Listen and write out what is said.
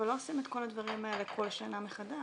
אבל לא עושים את כל הדברים האלה כל שנה מחדש